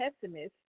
pessimist